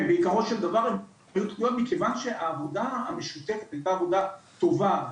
בעקרון מכיוון שהעבודה המשותפת היתה עבודה טובה,